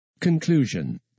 Conclusion